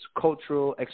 cultural